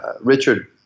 Richard